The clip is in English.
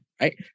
right